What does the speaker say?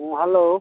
ᱦᱮᱸ ᱦᱮᱞᱳ